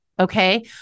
Okay